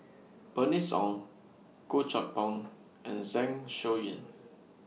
Bernice Ong Goh Chok Tong and Zeng Shouyin